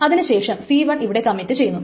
അതിനു ശേഷം c1 ഇവിടെ കമ്മിറ്റ് ചെയ്യുന്നു